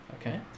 okay